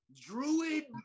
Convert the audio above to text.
Druid